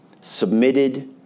submitted